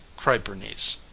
cried bernice.